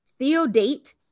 Theodate